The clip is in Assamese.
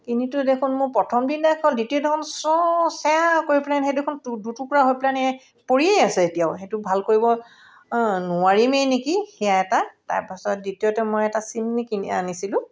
কিনিতো দেখোন মোৰ প্ৰথম দিনাখন দ্বিতীয় দিনাখন চ চেয়া কৰি পেলাই সেই দেখোন দু দুটুকুৰা হৈ পেলাই পৰিয়েই আছে এতিয়াও সেইটো ভাল কৰিব নোৱাৰিমেই নেকি সেয়া এটা তাৰপাছত দ্বিতীয়তে মই এটা চিমিনি কিনি আনিছিলোঁ